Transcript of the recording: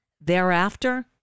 Thereafter